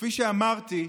כפי שאמרתי,